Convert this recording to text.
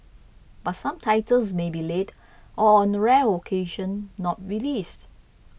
but some titles may be late or on a rare occasion not released